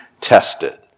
tested